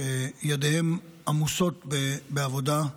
שידיהם עמוסות בעבודה.